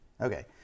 Okay